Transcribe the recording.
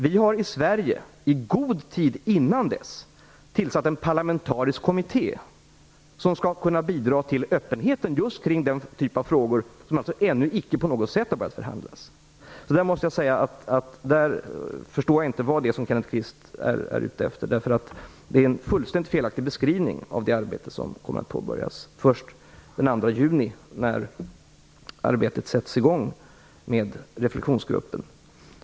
Vi har i Sverige i god tid innan dess tillsatt en parlamentarisk kommitté som skall kunna bidra till öppenheten just kring den typ av frågor som ännu icke på något sätt har börjat förhandlas. Jag förstår inte vad Kenneth Kvist är ute efter. Det är en fullständigt felaktig beskrivning av det arbete som kommer att påbörjas först den 2 juni, när reflexionsgruppens arbete sätts i gång.